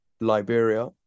Liberia